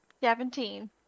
Seventeen